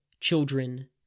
children